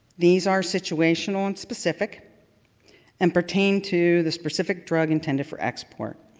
these are situational and specific and pertain to the specific drug intended for export.